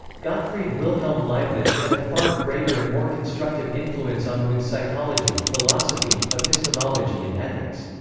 gottfried wilhelm leibniz had a far greater and more constructive influence on wundt's psychology, philosophy, epistemology and ethics.